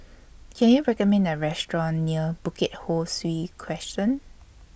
Can YOU recommend A Restaurant near Bukit Ho Swee Crescent